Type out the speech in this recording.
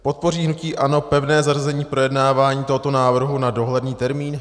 Podpoří hnutí ANO pevné zařazení projednávání tohoto návrhu na dohledný termín?